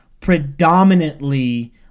predominantly